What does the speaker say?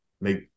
make